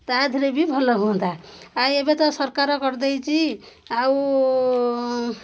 ତାଦିହରେ ବି ଭଲ ହୁଅନ୍ତା ଆଉ ଏବେ ତ ସରକାର କରିଦେଇଛି ଆଉ